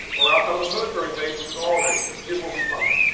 or outside of a military base which is all races, here's what we find